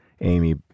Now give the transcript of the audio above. Amy